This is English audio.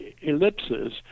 ellipses